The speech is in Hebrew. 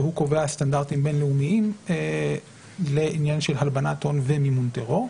שקובע סטנדרטים בין-לאומיים לעניין של הלבנת הון ומימון טרור,